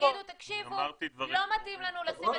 אבל לא בהכרח